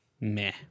Meh